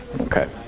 Okay